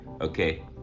okay